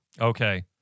Okay